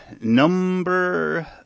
number